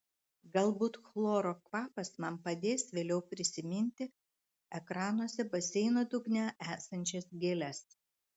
galbūt chloro kvapas man padės vėliau prisiminti ekranuose baseino dugne esančias gėles